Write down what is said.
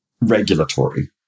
regulatory